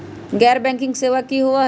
गैर बैंकिंग सेवा की होई?